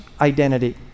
identity